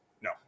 No